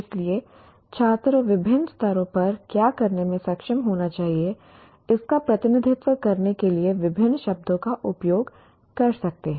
इसलिए छात्र विभिन्न स्तरों पर क्या करने में सक्षम होना चाहिए इसका प्रतिनिधित्व करने के लिए विभिन्न शब्दों का उपयोग कर सकते हैं